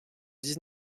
dix